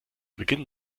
beginn